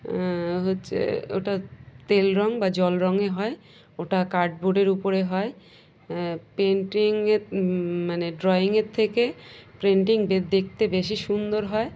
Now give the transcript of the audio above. হচ্ছে ওটা তেল রঙ বা জল রঙে হয় ওটা কার্ডবোর্ডের উপরে হয় পেন্টিংয়ের মানে ড্রয়িংয়ের থেকে পেন্টিং দেখতে বেশি সুন্দর হয়